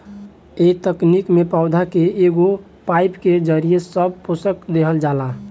ए तकनीक में पौधा के एगो पाईप के जरिये सब पोषक देहल जाला